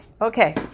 Okay